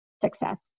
success